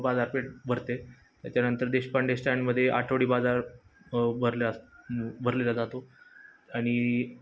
बाजारपेठ भरते त्याच्यानंतर देशपांडे स्टँडमध्ये आठवडी बाजार भरल्या भरलेला जातो आणि